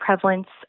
prevalence